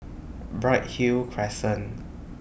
Bright Hill Crescent